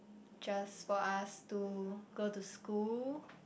just for us to go to school